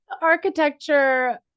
architecture